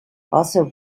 also